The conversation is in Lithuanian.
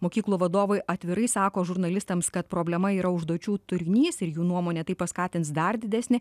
mokyklų vadovai atvirai sako žurnalistams kad problema yra užduočių turinys ir jų nuomone tai paskatins dar didesnį